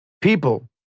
People